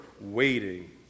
waiting